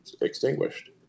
extinguished